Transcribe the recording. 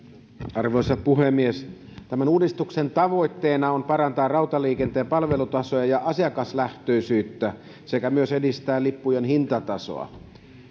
arvoisa puhemies tämän uudistuksen tavoitteena on parantaa rautatieliikenteen palvelutasoa ja asiakaslähtöisyyttä sekä edistää lippujen hintatasoa